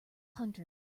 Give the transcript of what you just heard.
hunter